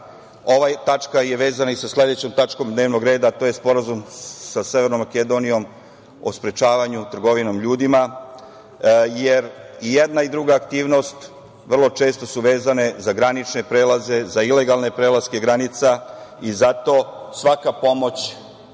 Ova tačka vezana je i sa sledećom tačkom dnevnog reda, a to je Sporazum sa Severnom Makedonijom o sprečavanju trgovinom ljudima, jer jedna i druga aktivnost vrlo često su vezane za granične prelaze, za ilegalne prelaske granica i zato svaka pomoć